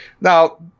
Now